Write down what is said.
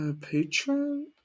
patron